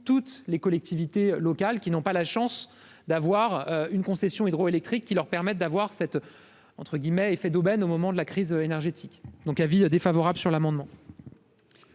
toutes les collectivités locales qui n'ont pas la chance d'avoir une concession hydroélectrique qui leur permettent d'avoir cette entre guillemets, effet d'aubaine au moment de la crise énergétique, donc avis défavorable sur l'amendement.